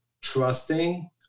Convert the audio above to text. trusting